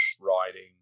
riding